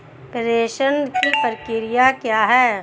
प्रेषण की प्रक्रिया क्या है?